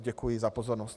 Děkuji za pozornost.